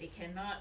they cannot